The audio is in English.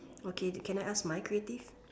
okay can I ask my creative